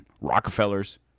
Rockefellers